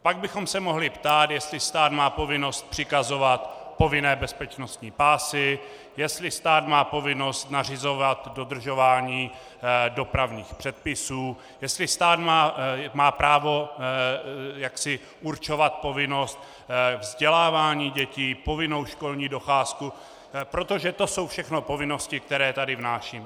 Pak bychom se mohli ptát, jestli stát má povinnost přikazovat povinné bezpečnostní pásy, jestli stát má povinnost nařizovat dodržování dopravních předpisů, jestli stát má právo určovat povinnost vzdělávání dětí, povinnou školní docházku, protože to jsou všechno povinnosti, které tady vnášíme.